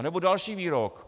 Nebo další výrok.